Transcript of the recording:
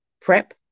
prep